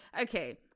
Okay